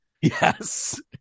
Yes